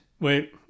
Wait